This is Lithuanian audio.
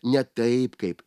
ne taip kaip